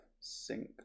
sync